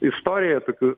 istorijoj tokių